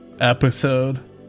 episode